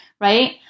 right